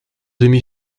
demi